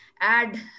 add